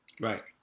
Right